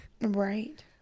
right